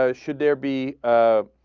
ah should there be ah.